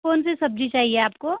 कौन सी सब्जी चाहिए आप को